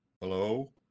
hello